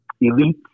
elite